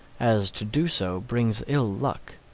as to do so brings ill luck.